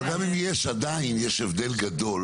אבל גם אם יש, עדיין יש הבדל גדול